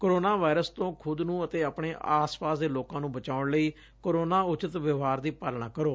corona virus ਤੋ ਖੁਦ ਨੂੰ ਅਤੈ ਆਪਣੇ ਆਸ ਪਾਸ ਦੇ ਲੋਕਾ ਨੂੰ ਬਚਾਉਣ ਲਈ ਕੋਰੋਨਾ ਉਚਿਤ ਵਿਵਹਾਰ ਦੀ ਪਾਲਣ ਕਰੋ